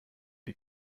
die